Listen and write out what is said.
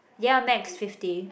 ya max fifty